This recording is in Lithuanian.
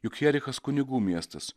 juk jerichas kunigų miestas